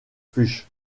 fuchs